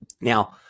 Now